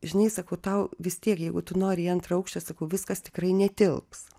žinai sakau tau vis tiek jeigu tu nori į antrą aukštą sakau viskas tikrai netilps